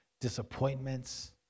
disappointments